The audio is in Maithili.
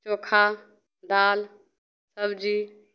चोखा दालि सबजी